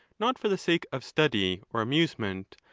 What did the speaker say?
not for the sake of study or amusement,